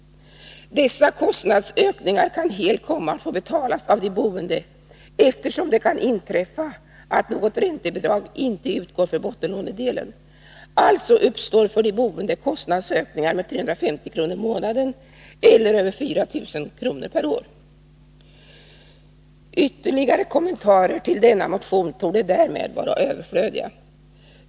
Dessa kostnadsökningar kan helt komma att få betalas av de boende, eftersom det kan inträffa att något räntebidrag inte utgår för bottenlånedelen. Alltså uppstår för de boende kostnadsökningar med 350 kr. per månad eller över 4 000 kr. per år. Ytterligare kommentarer till denna motion torde därmed vara överflödiga.